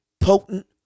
potent